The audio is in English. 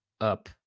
up